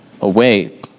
away